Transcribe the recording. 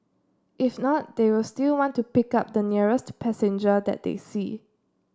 if not they will still want to pick up the nearest passenger that they see